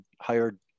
hired